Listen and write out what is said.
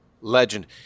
Legend